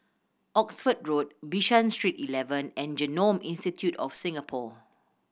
Oxford Road Bishan Street Eleven and Genome Institute of Singapore